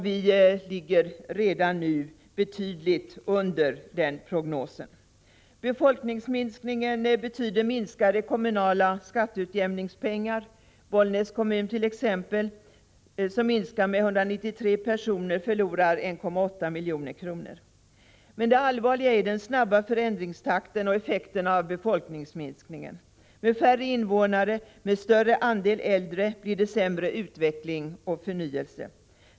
Vi ligger redan nu betydligt under prognosen. Befolkningsminskningen betyder minskade kommunala skatteutjämningspengar. Bollnäs kommun t.ex., som minskar med 193 personer, förlorar 1,8 milj.kr. Men det allvarliga är den snabba förändringstakten och effekterna av befolkningsminskningen. Med färre invånare, med större andel äldre, blir det sämre utveckling och förnyelse.